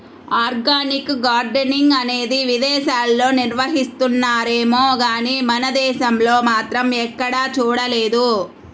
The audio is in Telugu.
ఆర్గానిక్ గార్డెనింగ్ అనేది విదేశాల్లో నిర్వహిస్తున్నారేమో గానీ మన దేశంలో మాత్రం ఎక్కడా చూడలేదు